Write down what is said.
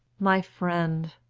my friend,